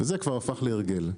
וזה כבר הפך להרגל.